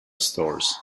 stores